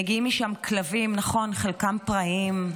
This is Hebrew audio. מגיעים משם כלבים, נכון, חלקם פראיים,